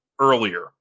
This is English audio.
earlier